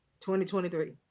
2023